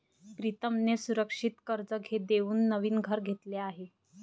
प्रीतमने सुरक्षित कर्ज देऊन नवीन घर घेतले आहे